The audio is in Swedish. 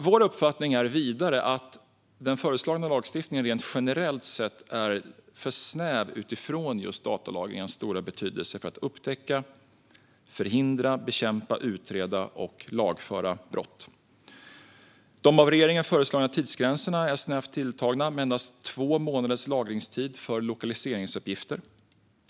Vår uppfattning är vidare att den föreslagna lagstiftningen rent generellt sett är för snäv utifrån datalagringens stora betydelse för att upptäcka, förhindra, bekämpa, utreda och lagföra brott. De av regeringen föreslagna tidsgränserna är snävt tilltagna, med endast två månaders lagringstid för lokaliseringsuppgifter.